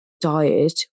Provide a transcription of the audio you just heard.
diet